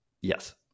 Yes